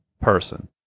person